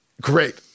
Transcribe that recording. great